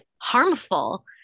harmful